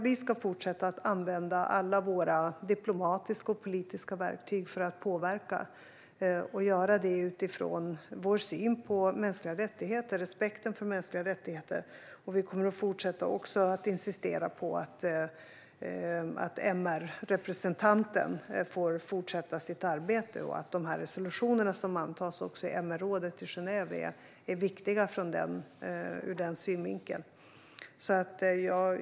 Vi ska fortsätta att använda alla våra diplomatiska och politiska verktyg för att påverka och göra det utifrån vår syn på mänskliga rättigheter, respekten för mänskliga rättigheter. Vi kommer också att fortsätta insistera på att MR-representanten får fortsätta sitt arbete. De resolutioner som antas i MR-rådet i Genève är viktiga ur den synvinkeln.